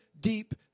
deep